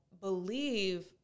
believe